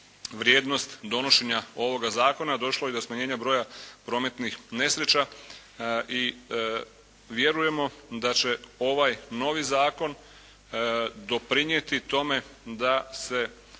vrijednost donošenja ovoga zakona. Došlo je i do smanjenja broja prometnih nesreća i vjerujemo da će ovaj novi zakon doprinijeti tome da se